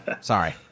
Sorry